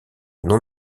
non